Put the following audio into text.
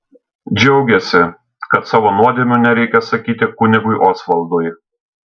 džiaugėsi kad savo nuodėmių nereikia sakyti kunigui osvaldui